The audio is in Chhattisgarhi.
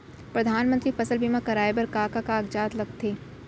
परधानमंतरी फसल बीमा कराये बर का का कागजात लगथे?